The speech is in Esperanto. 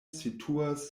situas